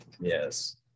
Yes